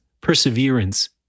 perseverance